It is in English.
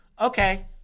okay